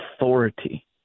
authority